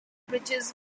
bridges